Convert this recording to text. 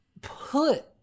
put